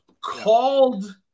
called